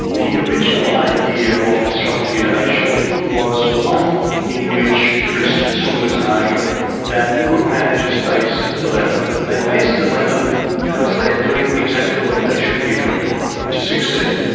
the original idea of disruptive innovation was one in which christensen was arguing that good managers face a dilemma, and they face a dilemma because they are doing exactly what they should be doing to succeed.